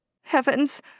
Heavens